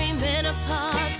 menopause